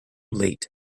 late